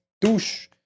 douche